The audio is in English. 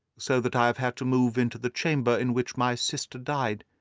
so that i have had to move into the chamber in which my sister died,